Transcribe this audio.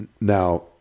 Now